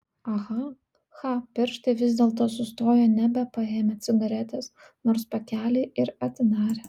aha cha pirštai vis dėlto sustojo nebepaėmę cigaretės nors pakelį ir atidarė